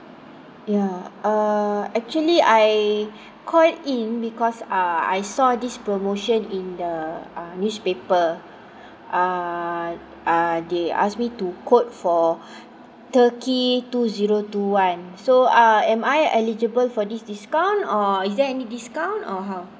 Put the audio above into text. ya uh actually I call in because uh I saw this promotion in the uh newspaper uh uh they asked me to quote for turkey two zero two one so uh am I eligible for this discount or is there any discount or how